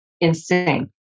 insane